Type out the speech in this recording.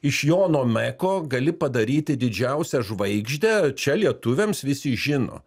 iš jono meko gali padaryti didžiausią žvaigždę čia lietuviams visi žino